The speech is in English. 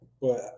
but-